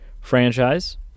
franchise